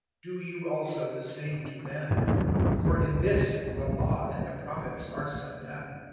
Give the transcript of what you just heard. do you also the same to them for in this the law and the prophets are summed up.